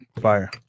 Fire